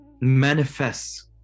manifests